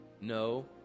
No